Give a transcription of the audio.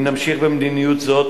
אם נמשיך במדיניות זאת,